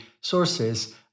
sources